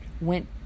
went